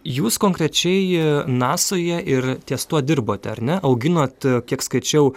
jūs konkrečiai nasoje ir ties tuo dirbote ar ne auginot kiek skaičiau